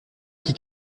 qui